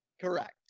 Correct